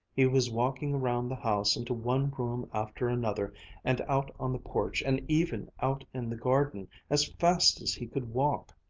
he was walking around the house into one room after another and out on the porch and even out in the garden, as fast as he could walk.